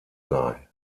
sei